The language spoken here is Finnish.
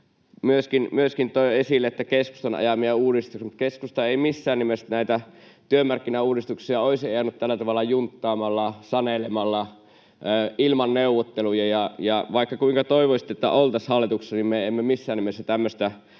myöskin toi esille keskustan ajamia uudistuksia, mutta keskusta ei missään nimessä näitä työmarkkinauudistuksia olisi ajanut tällä tavalla junttaamalla, sanelemalla, ilman neuvotteluja. Vaikka kuinka toivoisitte, että oltaisiin hallituksessa, niin me emme missään nimessä tämmöistä